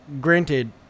Granted